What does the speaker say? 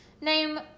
name